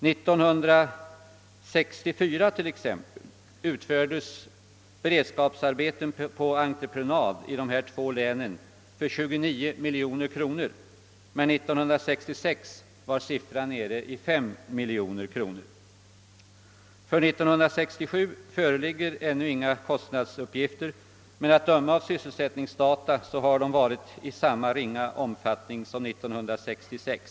Till exempel: 1964 utfördes beredskapsarbeten på entreprenad i nyssnämnda två län för 29 miljoner kronor, men 1966 var siffran nere i 5 miljoner kronor. För 1967 föreligger ännu inga kostnadsuppgifter, men att döma av sysselsättningsdata har entreprenadarbetena varit av samma ringa storleksordning som 1966.